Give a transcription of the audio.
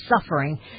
suffering